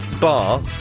Bar